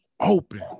open